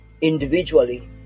individually